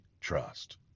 trust